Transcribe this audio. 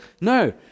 No